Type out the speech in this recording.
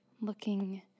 looking